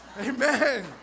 Amen